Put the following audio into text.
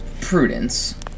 Prudence